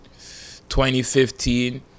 2015